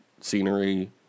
scenery